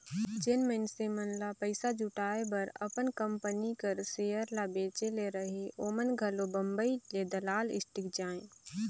जेन मइनसे मन ल पइसा जुटाए बर अपन कंपनी कर सेयर ल बेंचे ले रहें ओमन घलो बंबई हे दलाल स्टीक जाएं